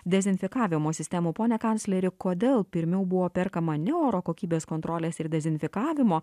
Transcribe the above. dezinfekavimo sistemų pone kancleri kodėl pirmiau buvo perkama ne oro kokybės kontrolės ir dezinfekavimo